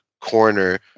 corner